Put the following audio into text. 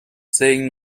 saying